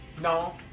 No